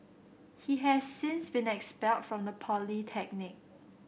he has since been expelled from the polytechnic